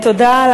תודה.